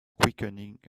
quickening